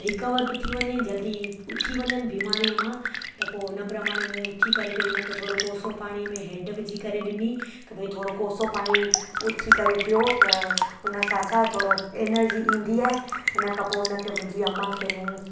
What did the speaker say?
recover बि थी वञे जल्दी उथी वञनि बीमारीअ मां त पोइ हुन प्रामाणे मूं उथी करे पहिरीं हिन खे थोरो कोसो पाणी में हैड विझी करे ॾिनी की बई थोरो कोसो पाणी उथी करे पीओ त हुन सां छा थोरो एनर्जी ईंदी आहे हिन खां पोइ हुन खे मुंहिंजी अम्मां खे मूं